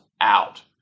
out